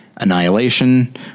Annihilation